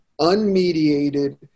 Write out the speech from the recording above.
unmediated